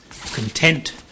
content